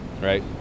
right